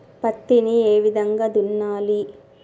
పత్తిని ఏ విధంగా దున్నాలి?